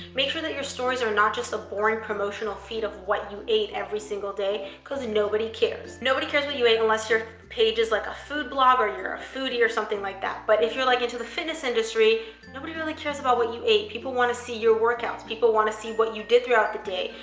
make sure that your stories are not just a boring, promotional feed of what you ate every single day, because and nobody cares. nobody cares what you ate unless your page is like a food blog or you're a foodie or something like that. but if you're like into the fitness industry, nobody really cares about what you ate. people want to see your workouts. people want to see what you did throughout the day,